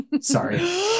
Sorry